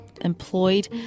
employed